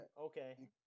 Okay